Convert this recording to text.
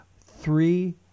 three